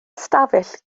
ystafell